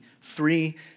three